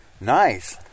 Nice